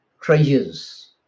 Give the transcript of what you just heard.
treasures